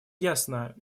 ясно